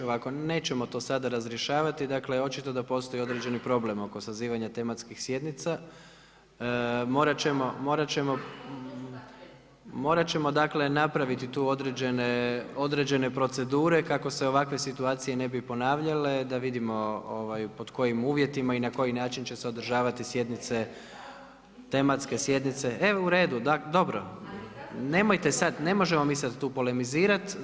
Ovako, nećemo to sada razrješavati, dakle očito da postoji određeni problem oko sazivanja tematskih sjednica, morati ćemo …… [[Upadica se ne čuje.]] morati ćemo dakle napraviti tu određene procedure kako se ovakve situacije ne bi ponavljale, da vidimo pod kojim uvjetima i na koji način će se održavati sjednice, tematske sjednice. … [[Upadica se ne čuje.]] E u redu, da dobro, nemojte sad, ne možemo mi sada tu polemizirati.